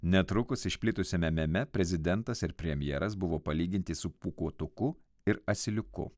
netrukus išplitusiame meme prezidentas ir premjeras buvo palyginti su pūkuotuku ir asiliuku